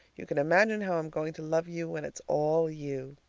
you can imagine how i'm going to love you when it's all you!